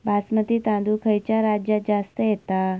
बासमती तांदूळ खयच्या राज्यात जास्त येता?